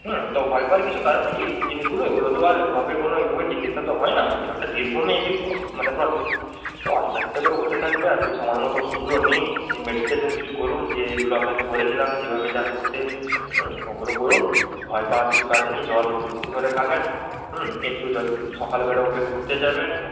হুম তো ভয় পাওয়ার কিছু কারণ নেই এই জিনিসগুলো এইগুলো তো আর ওভাবে কোনও এইভাবে চিকিৎসা তো হয় না এগুলো একটা দীর্ঘমেয়াদী প মানে প্রসেস তো আস্তে আস্তে করে হতে থাকবে আপনি সময় মতো ওষুধগুলো নিন জিম মেডিটেশন কিছু করুন যে এগুলো আপনাকে বলেছিলাম যেভাবে যা করতে হুম ওগুলো করুন ভয় পাওয়ার কিছু কারণ নেই জল একটু বেশি করে খাবেন হুম একটু যা সকালবেলা উঠে ঘুরতে যাবেন